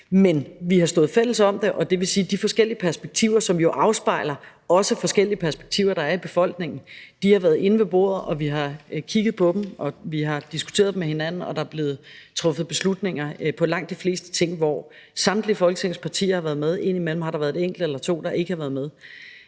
Men vi har stået sammen om det i fællesskab, og det vil sige, at de forskellige perspektiver, som jo også afspejler de forskellige perspektiver, der er i befolkningen, har været med inde ved bordet, og vi har kigget på dem, og vi har diskuteret dem med hinanden, og der er blevet truffet beslutninger om langt de fleste ting, hvor samtlige af Folketingets partier har været med. Indimellem har der været et enkelt eller to, der ikke har været med.